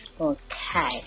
okay